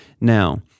Now